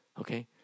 Okay